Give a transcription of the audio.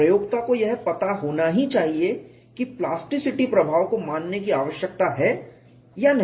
प्रयोक्ता को यह पता होना ही चाहिए कि प्लास्टिसिटी प्रभाव को मानने की आवश्यकता है या नहीं